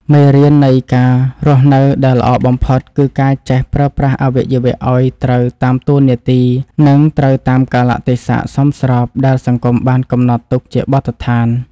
មេរៀននៃការរស់នៅដែលល្អបំផុតគឺការចេះប្រើប្រាស់អវយវៈឱ្យត្រូវតាមតួនាទី និង ត្រូវតាមកាលៈទេសៈសមស្របដែលសង្គមបានកំណត់ទុកជាបទដ្ឋាន។